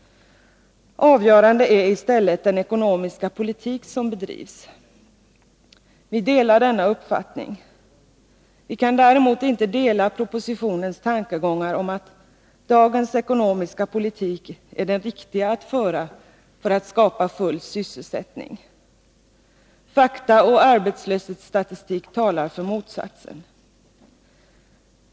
Avgörande är i stället den ekonomiska politik som bedrivs. Vi delar denna uppfattning. Vi kan däremot inte ansluta oss till propositionens tankegångar om att dagens ekonomiska politik är den riktiga att föra i syfte att skapa full sysselsättning. Fakta och arbetslöshetsstatistik talar för motsatsen.